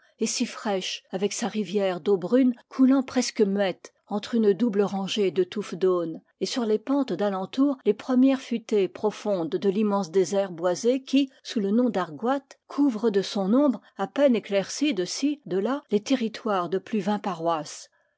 et si fraîdie avec sa rivière d'eau brune coulant presque muette entre une double rangée de touffes d'aunes et sur les pentes d'a lentour les premières futaies profondes de l'immense désert boisé qui sous le nom d'argoat couvre de son ombre à peine éclaircie de-ci de-là les territoires de plus de vingt paroisses